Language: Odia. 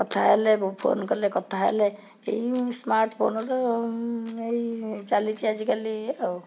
କଥା ହେଲେ ମୁଁ ଫୋନ୍ କଲେ କଥା ହେଲେ ଏଇ ସ୍ମାର୍ଟଫୋନ୍ର ଏଇ ଚାଲିଛି ଆଜିକାଲି ଇଏ ଆଉ